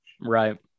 Right